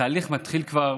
התהליך מתחיל כבר